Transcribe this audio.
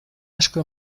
asko